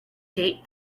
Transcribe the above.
date